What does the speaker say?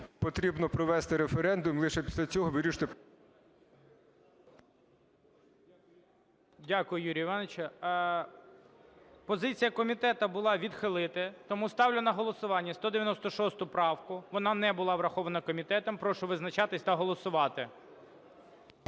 потрібно провести референдум лише після цього вирішувати... ГОЛОВУЮЧИЙ. Дякую, Юрію Івановичу. Позиція комітету була відхилити. Тому ставлю на голосування 196 правка. Вона не була врахована комітетом. Прошу визначатись та голосувати.